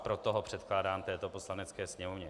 Proto ho předkládám této Poslanecké sněmovně.